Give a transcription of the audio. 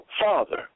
Father